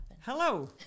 Hello